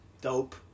Dope